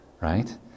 right